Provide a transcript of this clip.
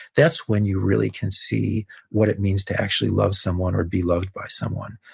that's when you really can see what it means to actually love someone or be loved by someone.